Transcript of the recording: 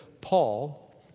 Paul